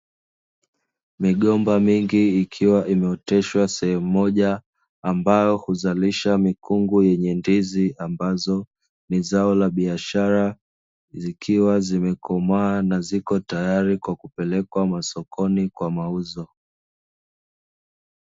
Migomba mingi ikiwa imeoteshwa sehemu moja ambayo huzalisha mikungu yenye ndizi ambazo ni zao la biashara, zikiwa zimekomaa na ziko tayari kupelekwa masokoni kwa mauzo.